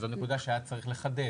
זוהי נקודה שהיה צריך לחדד.